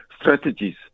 strategies